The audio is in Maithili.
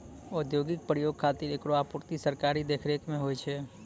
औद्योगिक प्रयोग खातिर एकरो आपूर्ति सरकारी देखरेख म होय छै